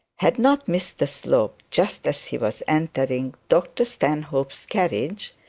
had not mr slope, just as he was entering dr stanhope's carriage,